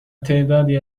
تعدادی